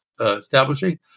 establishing